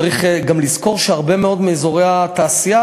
צריך גם לזכור שהרבה מאוד מאזורי התעשייה,